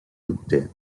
dubte